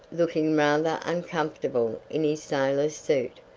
looking rather uncomfortable in his sailor's suit,